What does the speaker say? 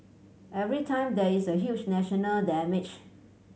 every time there is a huge national damage